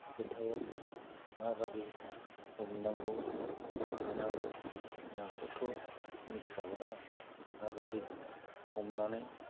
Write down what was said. खोथायाव माबायदि हमनांगौ मानांगौ नाखौथ' मिथिखागौना माबायदि हमनानै